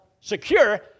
secure